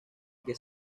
que